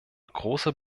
großer